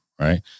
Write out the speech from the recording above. Right